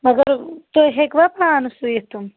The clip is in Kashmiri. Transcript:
مگر تُہۍ ہیٚکِوا پانہٕ سُوِتھ تِم